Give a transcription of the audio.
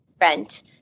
rent